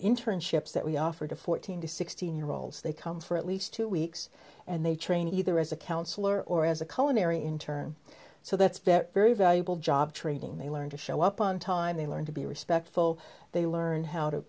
internships that we offer to fourteen to sixteen year olds they come for at least two weeks and they train either as a counselor or as a koan area in turn so that's very very valuable job training they learn to show up on time they learn to be respectful they learn how to